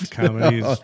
comedies